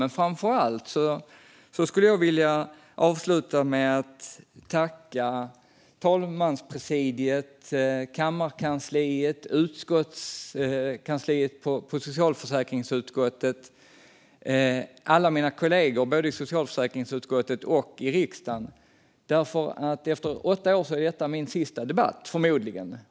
Men framför allt skulle jag vilja avsluta med att tacka talmanspresidiet, kammarkansliet, socialförsäkringsutskottets kansli och alla mina kollegor - både i socialförsäkringsutskottet och i riksdagen. Detta är, efter åtta år, förmodligen min sista debatt här.